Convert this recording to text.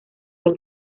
del